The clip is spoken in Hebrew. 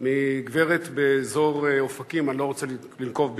מגברת באזור אופקים, אני לא רוצה לנקוב בשמה,